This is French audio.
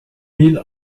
mille